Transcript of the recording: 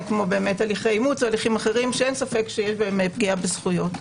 כמו הליכי אימוץ ואחרים שאין ספק שיש בהם פגיעה בזכויות.